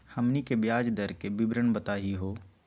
हमनी के ब्याज दर के विवरण बताही हो?